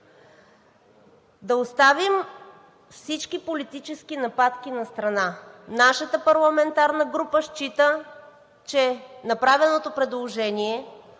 Да оставим всички политически нападки настрана. Нашата парламентарна група счита, че направеното предложение